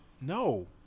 No